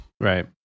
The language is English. right